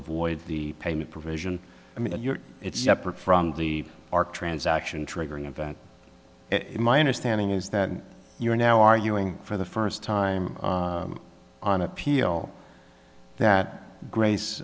avoid the payment provision i mean it's jeopardy from the arc transaction triggering event it my understanding is that you're now arguing for the first time on appeal that grace